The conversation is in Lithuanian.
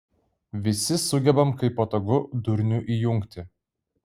visi sugebam kai patogu durnių įjungti